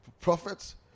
Prophets